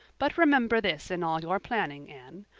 but remember this in all your planning, anne.